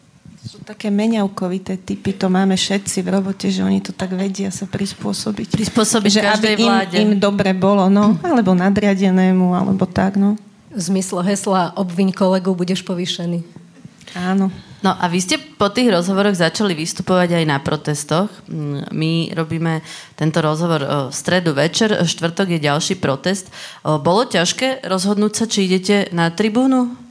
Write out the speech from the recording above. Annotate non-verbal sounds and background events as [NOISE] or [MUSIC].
Sú také meňavkovité typy, to máme všetci v robote, že oni to tak vedia sa prispôsobiť. Prispôsobiť Že aby každej im- vláde. im dobre bolo, no, [CLEARS THROAT] alebo nadriadenému, alebo tak, no. V zmysle hesla, "Obviň kolegu, budeš povýšený." Áno. No a vy ste po tých rozhovoroch začali vystupovať aj na protestoch. Mm, my robíme tento rozhovor, o, v stredu večer, štvrtok je ďalší protest. O, bolo ťažké rozhodnúť sa, či idete na tribúnu?